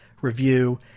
review